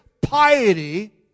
piety